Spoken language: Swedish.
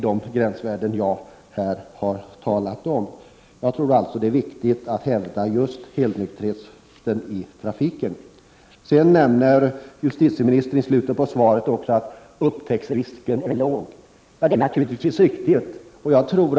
Det är viktigt att hävda just helnykterheten i trafiken. Justitieministern nämner i slutet av sitt svar att upptäcksrisken är låg. Det ärriktigt.